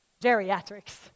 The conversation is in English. geriatrics